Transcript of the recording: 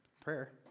prayer